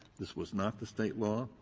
this was not the state law.